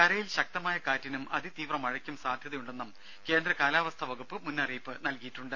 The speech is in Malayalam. കരയിൽ ശക്തമായ കാറ്റിനും അതിതീവ്ര മഴക്കും സാധ്യതയുണ്ടെന്നും കേന്ദ്ര കാലാവസ്ഥ വകുപ്പ് മുന്നറിയിപ്പ് നൽകിയിട്ടുണ്ട്